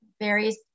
various